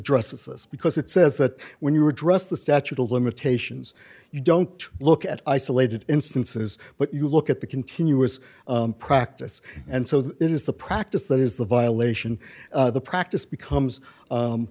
dresses because it says that when you are dressed the statute of limitations you don't look at isolated instances but you look at the continuous practice and so this is the practice that is the violation the practice becomes